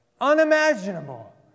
unimaginable